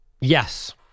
Yes